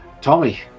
Tommy